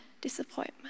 disappointment